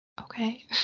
okay